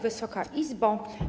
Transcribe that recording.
Wysoka Izbo!